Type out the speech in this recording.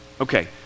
Okay